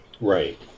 Right